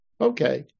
Okay